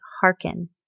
hearken